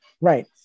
right